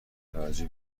توجه